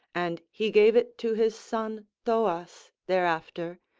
and he gave it to his son thoas thereafter,